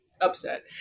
upset